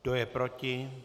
Kdo je proti?